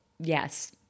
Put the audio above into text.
Yes